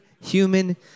human